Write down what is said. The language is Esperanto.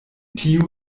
tiu